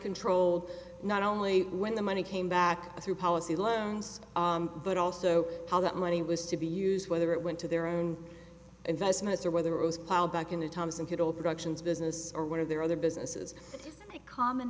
controlled not only when the money came back through policy loans but also how that money was to be used whether it went to their own investments or whether it was plowed back into times and good old productions business or one of their other businesses a common